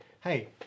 hey